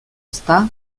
ezta